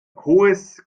hohes